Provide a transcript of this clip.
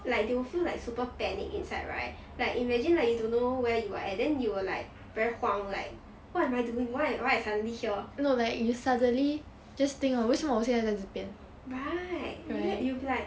like they will feel like super panic inside right like imagine like you don't know where you are and then you will like very 慌 like what am I doing why I suddenly here right you will be like